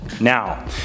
Now